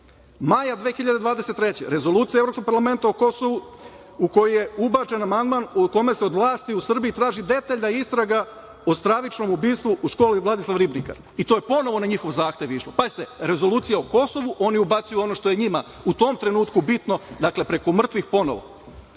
godine Rezolucija Evropskog parlamenta o Kosovu u kojoj je ubačen amandman u kome se od vlasti u Srbiji traži detaljna istraga o stravičnom ubistvu u školi „Vladislav Ribnikar“, i to je ponovo na njihov zahtev išlo. Pazite, Rezolucija o Kosovu, a oni ubacuju ono što je njima u tom trenutku bitno. Dakle, preko mrtvih ponovo. Oktobra